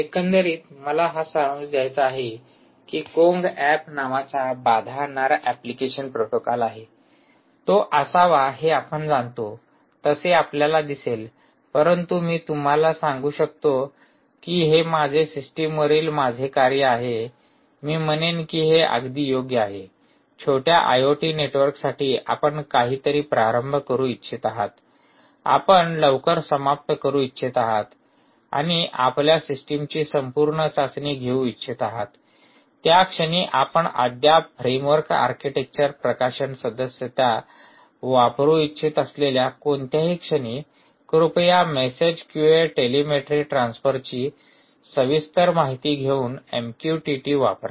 एकंदरीत मला हा सारांश द्यायचा आहे कि कोंग ऐप नावाचा बाधा आणणारा एप्लिकेशन प्रोटोकॉल आहे तो असावा हे आपण जाणतो तसे आपल्याला दिसेल परंतु मी तुम्हाला सांगू शकतो की हे माझे सिस्टम वरील माझे कार्य आहे मी म्हणेन की हे अगदी योग्य आहे छोट्या आयओटी नेटवर्कसाठी आपण काहीतरी प्रारंभ करू इच्छित आहात आपण लवकर समाप्त करू इच्छित आहात आणि आपण आपल्या सिस्टमची संपूर्ण चाचणी घेऊ इच्छित आहात त्याक्षणी आपण अद्याप फ्रेमवर्क आर्किटेक्चर प्रकाशन सदस्यता वापरु इच्छित असलेल्या कोणत्याही क्षणी कृपया मेसेज क्यु टेलीमेट्री ट्रान्सफरची सविस्तर माहिती घेऊन एमक्यूटीटी वापरा